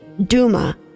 Duma